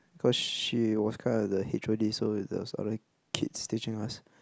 cause she was kind of the H_O_D so there was other kids teaching us